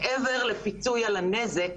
מעבר לפיצוי על הנזק